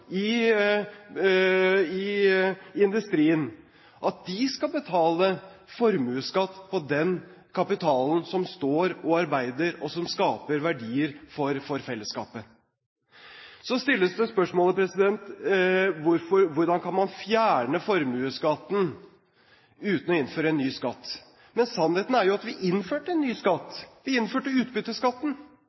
i industrien – skal betale formuesskatt på den kapitalen som står og arbeider og som skaper verdier for fellesskapet! Så stilles spørsmålet: Hvordan kan man fjerne formuesskatten uten å innføre en ny skatt? Sannheten er at vi innførte en ny skatt – vi innførte utbytteskatten.